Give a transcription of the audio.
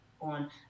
on